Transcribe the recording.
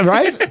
Right